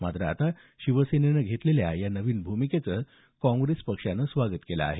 मात्र आता शिवसेनेनं घेतलेल्या या नवीन भूमिकेचं काँग्रेस पक्षानं स्वागत केलं आहे